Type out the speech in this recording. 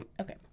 Okay